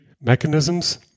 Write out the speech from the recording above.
mechanisms